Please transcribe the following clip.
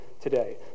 today